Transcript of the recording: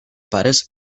pares